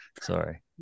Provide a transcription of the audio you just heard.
Sorry